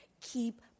keep